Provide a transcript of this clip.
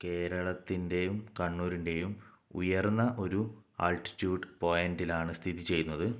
കേരളത്തിൻെയും കണ്ണൂരിൻെയും ഉയർന്ന ഒരു ആൾട്ടിറ്റ്യൂഡ് പോയിന്റിലാണ് സ്ഥിതി ചെയ്യുന്നത്